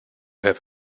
have